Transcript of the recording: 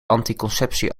anticonceptie